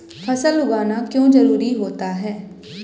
फसल उगाना क्यों जरूरी होता है?